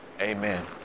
amen